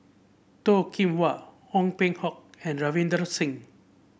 Toh Kim Hwa Ong Peng Hock and Ravinder Singh